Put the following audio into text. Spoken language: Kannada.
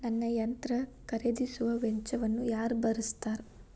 ನನ್ನ ಯಂತ್ರ ಖರೇದಿಸುವ ವೆಚ್ಚವನ್ನು ಯಾರ ಭರ್ಸತಾರ್?